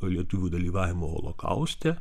lietuvių dalyvavimą holokauste